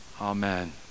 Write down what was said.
Amen